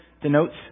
denotes